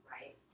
right